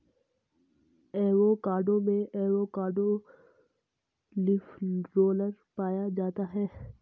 avocado में avocado leaf roller पाया जाता है